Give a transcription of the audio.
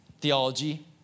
theology